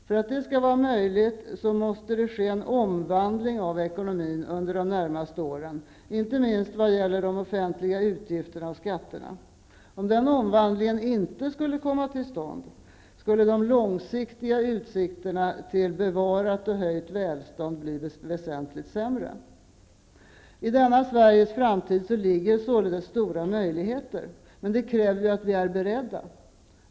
För att detta skall vara möjligt måste det ske en omvandling av ekonomin under de närmaste åren, inte minst vad gäller de offentliga utgifterna och skatterna. Om denna omvandling inte skulle komma till stånd är de långsiktiga utsikterna till bevarat och höjt välstånd väsentligt sämre. I denna Sveriges framtid ligger således stora möjligheter. Men det kräver att vi är beredda.